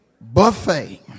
buffet